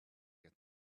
get